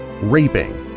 raping